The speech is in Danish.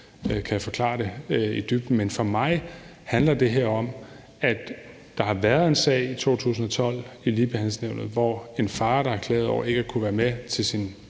han kan forklare det i dybden. For mig handler det her om, at der har været en sag i 2012 i Ligebehandlingsnævnet, hvor en far, der har klaget over ikke at kunne være med til sin